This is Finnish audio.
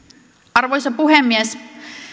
arvoisa puhemies